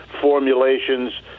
formulations